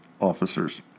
officers